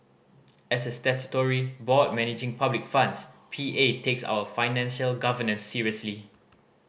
as a statutory board managing public funds P A takes our financial governance seriously